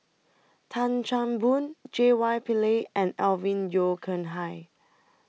Tan Chan Boon J Y Pillay and Alvin Yeo Khirn Hai